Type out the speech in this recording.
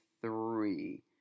three